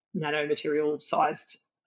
nanomaterial-sized